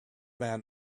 man